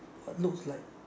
looks like